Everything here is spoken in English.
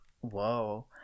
whoa